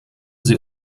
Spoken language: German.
sie